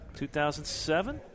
2007